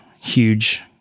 huge